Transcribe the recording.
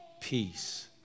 peace